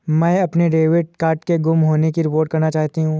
मैं अपने debit card के गुम होने की रिपोर्ट करना चाहती हूँ